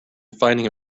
finding